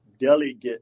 delegate